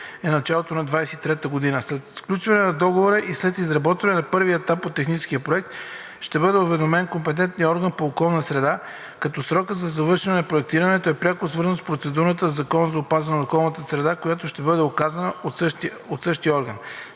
е началото на 2023 г. След сключване на договора и след изработване на първия етап от техническия проект ще бъде уведомен компетентният орган по околна среда, като срокът за завършване на проектирането е пряко свързан с процедурата по Закона за опазване на околната среда, която ще бъде указана от същия орган.